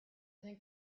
think